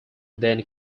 then